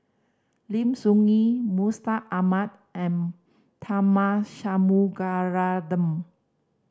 Lim Soo Ngee Mustaq Ahmad and Tharman Shanmugaratnam